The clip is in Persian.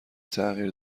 تغییر